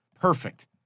Perfect